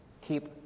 Keep